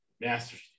master's